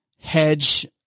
hedge